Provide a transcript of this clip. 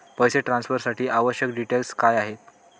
पैसे ट्रान्सफरसाठी आवश्यक डिटेल्स काय आहेत?